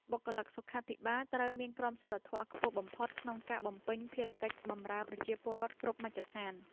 បុគ្គលិកសុខាភិបាលត្រូវមានក្រមសីលធម៌ខ្ពស់បំផុតក្នុងការបំពេញភារកិច្ចបម្រើប្រជាពលរដ្ឋគ្រប់មជ្ឈដ្ឋាន។